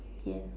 the end